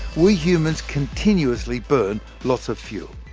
we humans continuously burn lots of fuel.